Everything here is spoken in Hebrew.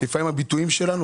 לפעמים הביטויים שלנו,